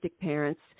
parents